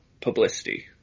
publicity